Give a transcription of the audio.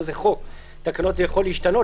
פה זה חוק תקנות זה יכול להשתנות,